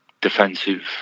defensive